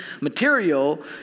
material